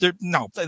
no